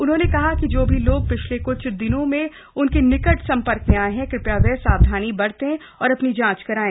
उन्होंने कहा है कि जो भी लोग पिछले क्छ दिनों में उनके निकट संपर्क में आए हैं कृपया वे सावधानी बरतें और अपनी जांच करवाएं